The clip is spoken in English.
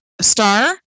star